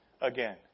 again